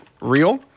real